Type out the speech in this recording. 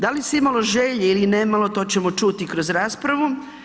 Da li se imalo želje ili nemalo to ćemo čuti kroz raspravu.